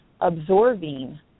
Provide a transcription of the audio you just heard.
absorbing